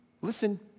listen